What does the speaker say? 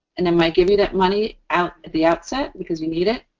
and they might give you that money out at the outset because you need it,